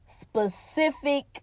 specific